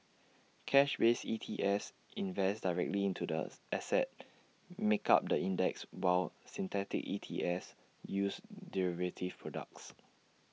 cash based E T S invest directly into the assets make up the index while synthetic E T S use derivative products